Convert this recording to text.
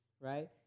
right